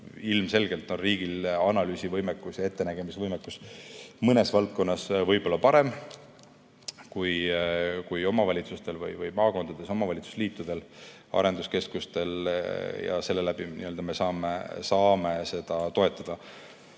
Ilmselgelt on riigil analüüsivõimekus ja ettenägemisvõimekus mõnes valdkonnas parem kui omavalitsustel või maakondades omavalitsusliitudel ja arenduskeskustel, seetõttu me saame seda toetada.